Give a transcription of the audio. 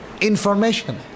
Information